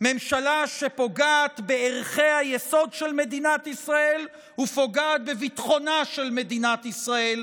ממשלה שפוגעת בערכי היסוד של מדינת ישראל ופוגעת בחזונה של מדינת ישראל,